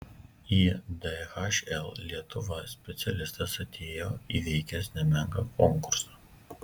į dhl lietuva specialistas atėjo įveikęs nemenką konkursą